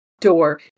door